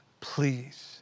please